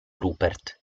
rupert